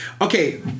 okay